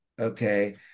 okay